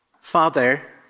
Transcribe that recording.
Father